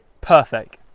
Perfect